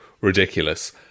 ridiculous